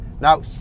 Now